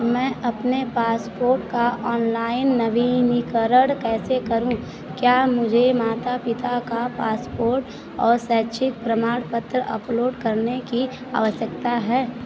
मैं अपने पासपोर्ट का ऑनलाइन नवीनीकरण कैसे करूँ क्या मुझे माता पिता का पासपोर्ट और शैक्षिक प्रमाणपत्र अपलोड करने की आवश्यकता है